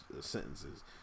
sentences